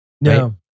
No